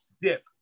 dip